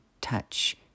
touch